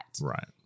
Right